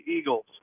Eagles